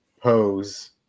pose